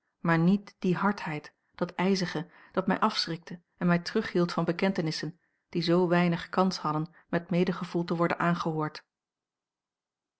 maar niet die hardheid dat ijzige a l g bosboom-toussaint langs een omweg dat mij afschrikte en mij terughield van bekentenissen die zoo weinig kans hadden met medegevoel te worden aangehoord